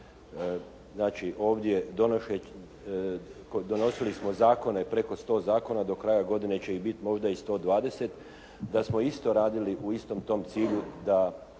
znači ovdje donosili smo zakone, preko sto zakona, do kraja godine će ih biti možda i 120, da smo isto radili u istom tom cilju da